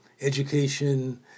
education